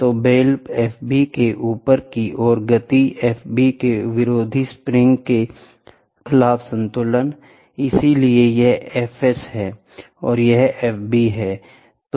तो बेल Fb के ऊपर की ओर गति Fb के विरोधी स्प्रिंग के खिलाफ संतुलित है इसलिए यह Fs है और यह Fb है